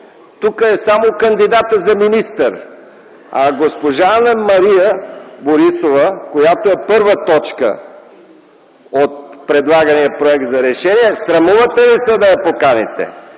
Тук е само кандидатът за министър, а госпожа Анна-Мария Борисова, която е т. 1 от предлагания Проект за решение, срамувате ли се да я поканите?